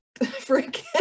freaking